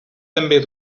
també